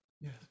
Yes